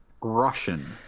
Russian